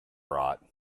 rot